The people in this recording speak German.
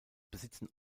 besitzen